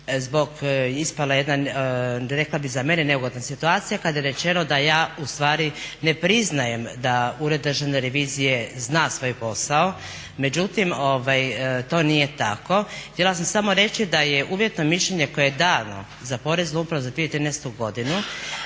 zbog ispale jedne, rekla bih za mene neugodne situacije, kada je rečeno da ja ustvari ne priznajem da Ured državne revizije zna svoj posao, međutim to nije tako. Htjela sam samo reći da je uvjetno mišljenje koje je dano za poreznu upravu za 2013. godinu